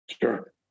Sure